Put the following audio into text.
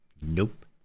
nope